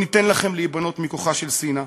לא ניתן לכם להיבנות מכוחה של השנאה.